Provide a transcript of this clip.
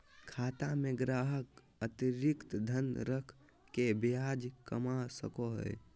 खाता में ग्राहक अतिरिक्त धन रख के ब्याज कमा सको हइ